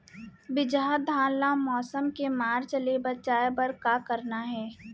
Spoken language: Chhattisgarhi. बिजहा धान ला मौसम के मार्च ले बचाए बर का करना है?